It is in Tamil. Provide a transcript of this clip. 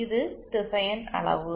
இது திசையன் அளவு